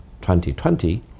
2020